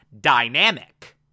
dynamic